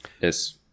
Yes